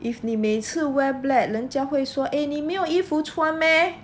if 你每次 wear black 人家会说 eh 你没有衣服穿 meh